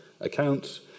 accounts